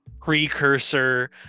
precursor